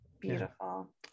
Beautiful